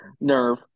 nerve